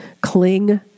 cling